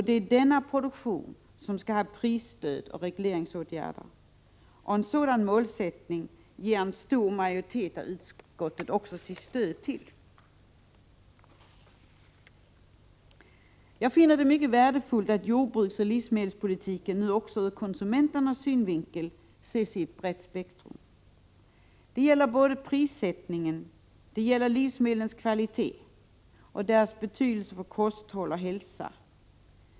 Det är denna produktion som skall ha prisstöd och regleringsåtgärder. En sådan målsättning ger en stor majoritet av utskottet också sitt stöd till. Jag finner det mycket värdefullt att jordbruksoch livsmedelspolitiken nu också ur konsumenternas synvinkel sätts in i rätt perspektiv. Det gäller både prissättningen och livsmedelskvaliteten och deras betydelse för kosthåll och hälsa.